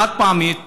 חד-פעמית,